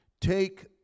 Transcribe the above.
Take